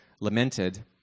lamented